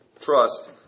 trust